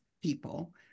people